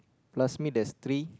plus me there's three